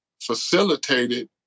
facilitated